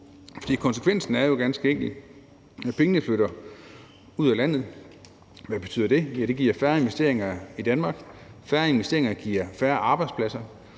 konsekvensen er jo ganske enkelt den, at pengene flytter ud af landet. Hvad betyder det? Ja, det giver færre investeringer i Danmark, og færre investeringer giver færre arbejdspladser,